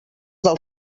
del